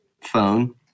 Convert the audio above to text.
phone